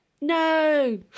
No